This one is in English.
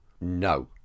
No